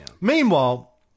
Meanwhile